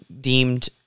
deemed